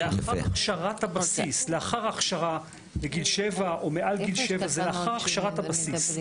לאחר ההכשרה לגיל שבע או מעל לגיל שבע זה לאחר הכשרת הבסיס.